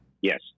Yes